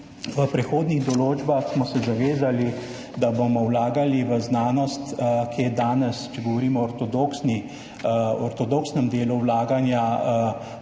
v prehodnih določbah smo se zavezali, da bomo vlagali v znanost, ki je danes, če govorimo o ortodoksnem delu vlaganja,